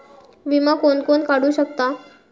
विमा कोण कोण काढू शकता?